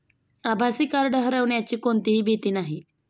आभासी कार्ड हरवण्याची कोणतीही भीती नाही